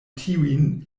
tiujn